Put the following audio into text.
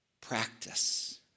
practice